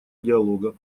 диалога